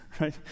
right